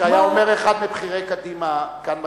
כשהיה אומר אחד מבכירי קדימה כאן בכנסת,